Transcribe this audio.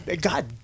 God